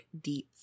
Deets